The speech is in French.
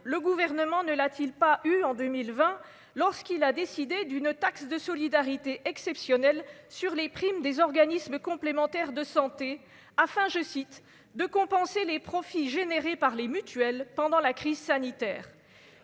le gouvernement ne l'a-t-il pas eu en 2020 lorsqu'il a décidé d'une taxe de solidarité exceptionnel sur les primes des organismes complémentaires de santé afin, je cite, de compenser les profits générés par les mutuelles pendant la crise sanitaire,